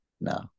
No